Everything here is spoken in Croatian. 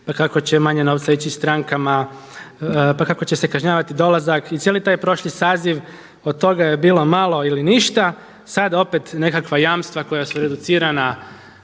pa kako će manje novac ići strankama, pa kako će se kažnjavati dolazak i cijeli taj prošli saziv od toga je bilo malo ili ništa. Sad opet nekakva jamstva koja su reducirana